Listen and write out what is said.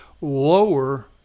lower